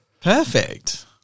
Perfect